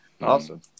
Awesome